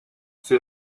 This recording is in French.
ces